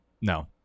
No